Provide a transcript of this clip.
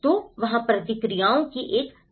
तो वहाँ प्रतिक्रियाओं की एक विस्तृत विविधता है